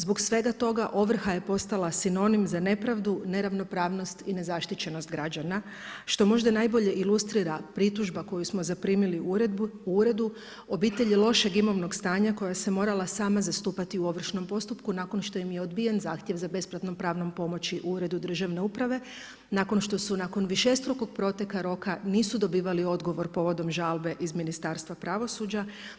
Zbog svega toga ovrha je postala sinonim za nepravdu, neravnopravnost i nezaštićenost građana što možda najbolje ilustrira pritužba koju smo zaprimili u uredu obitelji lošeg imovnog stanja koja se morala sama zastupati u ovršnom postupku nakon što im je odbijen zahtjev za besplatnom pravnom pomoći u Uredu državne uprave, nakon što su nakon višestrukog proteka roka nisu dobivali odgovor povodom žalbe iz Ministarstva pravosuđa.